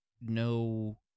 no